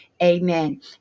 amen